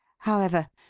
however,